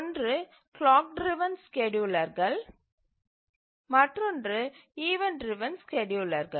ஒன்று clock driven ஸ்கேட்யூலர்கள் மற்றொன்று ஈவண்ட் டிரவன் ஸ்கேட்யூலர்கள்